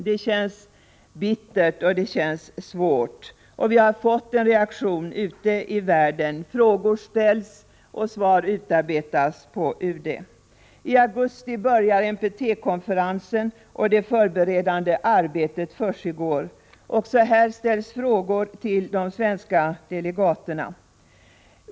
Detta känns bittert och svårt. Vi har fått en reaktion ute i världen. Frågor ställs och svar utarbetas på utrikesdepartementet. I augusti börjar NPT-konferensen, och det förberedande arbetet pågår. Också här ställs frågor till de svenska delegaterna.